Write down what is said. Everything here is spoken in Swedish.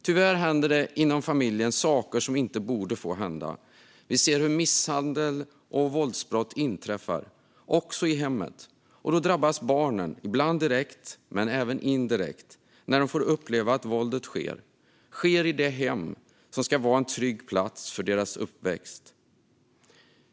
Tyvärr händer det saker inom familjen som inte borde få hända. Vi ser hur misshandel och våldsbrott inträffar också i hemmet, och då drabbas barnen, ibland direkt men även indirekt när de får uppleva våld i det hem som ska vara en trygg plats för deras uppväxt.